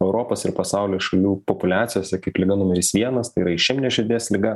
europos ir pasaulio šalių populiacijose kaip liga numeris vienas tai yra išeminė širdies liga